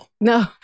no